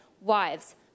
wives